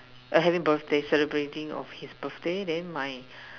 having birthday celebrating his birthday then my